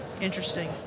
Interesting